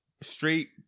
straight